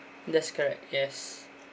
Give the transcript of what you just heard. that's correct yes